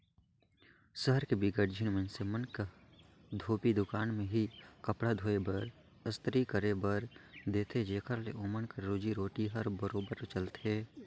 सहर के बिकट झिन मइनसे मन ह धोबी दुकान में ही कपड़ा धोए बर, अस्तरी करे बर देथे जेखर ले ओमन कर रोजी रोटी हर बरोबेर चलथे